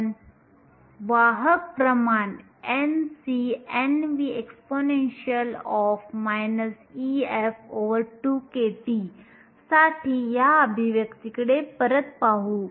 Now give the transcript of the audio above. आपण वाहक प्रमाण NcNv exp Ef2kT साठी या अभिव्यक्तीकडे परत पाहू